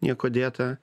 niekuo dėtą